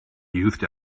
used